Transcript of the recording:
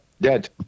dead